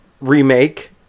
remake